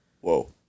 Whoa